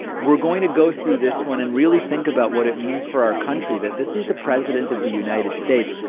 we're going to go through this one and really think about what it means for our country that this is the president of the united states.